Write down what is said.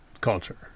culture